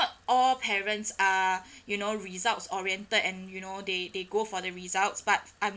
all parents are you know results oriented and you know they they go for the results but I